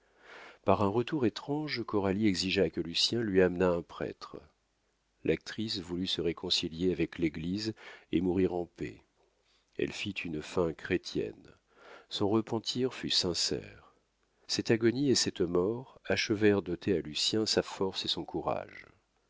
par un retour étrange coralie exigea que lucien lui amenât un prêtre l'actrice voulut se réconcilier avec l'église et mourir en paix elle fit une fin chrétienne son repentir fut sincère cette agonie et cette mort achevèrent d'ôter à lucien sa force et son courage